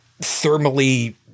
thermally